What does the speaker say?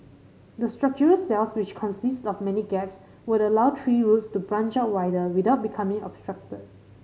the structural cells which consist of many gaps would allow tree roots to branch out wider without becoming obstructed